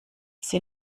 sie